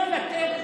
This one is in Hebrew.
נא לרדת.